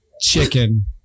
chicken